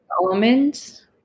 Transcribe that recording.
almonds